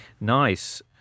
Nice